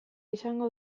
izango